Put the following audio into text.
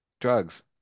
drugs